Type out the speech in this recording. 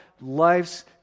life's